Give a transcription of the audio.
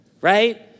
right